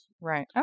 Right